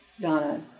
Donna